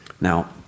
Now